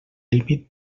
límit